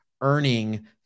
earning